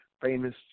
famous